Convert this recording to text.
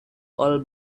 all